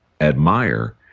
admire